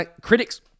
critics